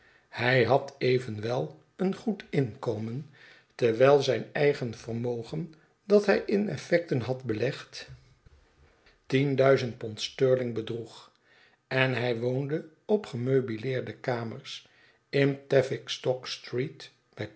hij had evenwel een goed inkomen terwijl zijn eigen vermogen dat hij in effecten had belegd p st bedroeg en hij woonde op gemeubileerde kamers in tavickstock street bij